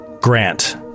Grant